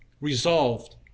resolved